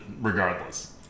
regardless